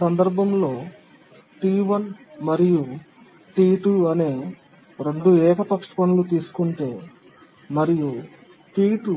ఈ సందర్భంలో T1 మరియు T2 అనే 2 ఏకపక్ష పనులు తీసుకుంటే మరియు p2